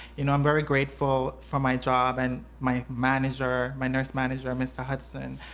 you know i'm very grateful for my job and my manager, my nurse manager, mr. hudson,